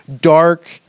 dark